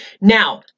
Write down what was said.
Now